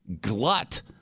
glut